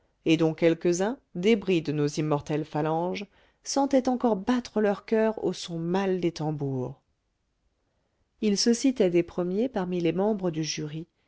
et dont quelques-uns débris de nos immortelles phalanges sentaient encore battre leurs coeurs au son mâle des tambours il se citait des premiers parmi les membres du jury